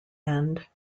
end